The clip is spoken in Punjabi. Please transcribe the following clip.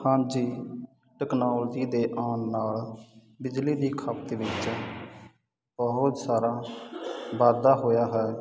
ਹਾਂਜੀ ਟੈਕਨੋਲਜੀ ਦੇ ਆਉਣ ਨਾਲ ਬਿਜਲੀ ਦੀ ਖਪਤ ਵਿੱਚ ਬਹੁਤ ਸਾਰਾ ਵਾਧਾ ਹੋਇਆ ਹੈ